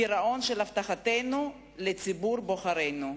פירעון של הבטחתנו לציבור בוחרינו.